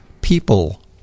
people